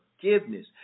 forgiveness